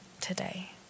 today